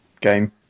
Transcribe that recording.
game